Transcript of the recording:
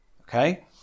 Okay